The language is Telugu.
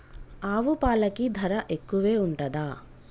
ఆవు పాలకి ధర ఎక్కువే ఉంటదా?